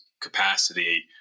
capacity